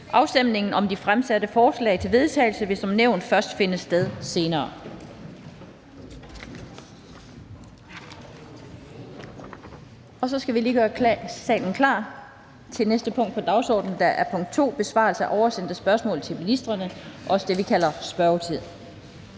Afstemningen om de fremsatte forslag til vedtagelse vil som nævnt først finde sted senere.